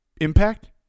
impact